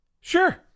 Sure